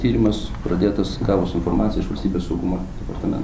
tyrimas pradėtas gavus informaciją iš valstybės saugumo departamento